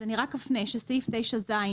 אני רק אפנה שסעיף 9ז,